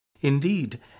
Indeed